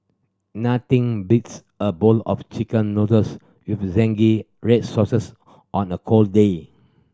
nothing beats a bowl of Chicken Noodles with zingy red sauces on a cold day